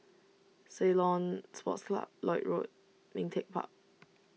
Ceylon Sports Club Lloyd Road Ming Teck Park